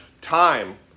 time